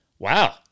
Wow